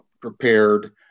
prepared